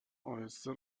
اهسته